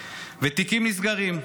ותיקים נסגרים.